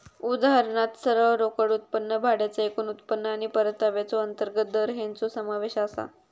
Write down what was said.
उदाहरणात सरळ रोकड उत्पन्न, भाड्याचा एकूण उत्पन्न आणि परताव्याचो अंतर्गत दर हेंचो समावेश आसा